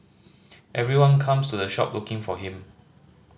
everyone comes to the shop looking for him